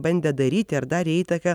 bandę daryti ar darė įtaką